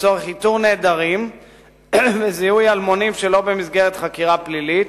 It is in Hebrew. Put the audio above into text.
לצורך איתור נעדרים וזיהוי אלמונים שלא במסגרת חקירה פלילית,